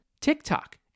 TikTok